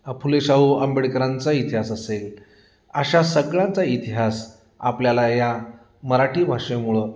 फुलेशाहू आंबेडकरांचा इतिहास असेल अशा सगळ्यांचा इतिहास आपल्याला या मराठी भाषेमुळं